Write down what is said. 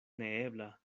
neebla